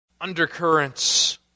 undercurrents